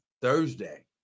Thursday